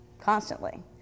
constantly